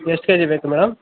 ಎಷ್ಟು K G ಬೇಕು madam